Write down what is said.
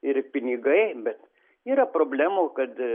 ir pinigai bet yra problemų kad